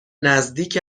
نزدیک